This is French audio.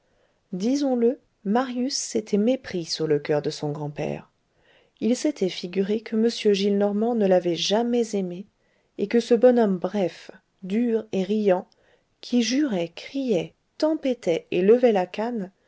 disons-le marius s'était mépris sur le coeur de son grand-père il s'était figuré que m gillenormand ne l'avait jamais aimé et que ce bonhomme bref dur et riant qui jurait criait tempêtait et levait la canne